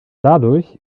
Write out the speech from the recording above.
dadurch